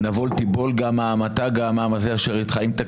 אבל